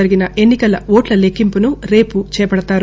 జరిగిన ఎన్నికల ఓట్ల లెక్కింపును రేపు చేపడతారు